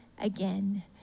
again